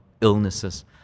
illnesses